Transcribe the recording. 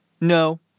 no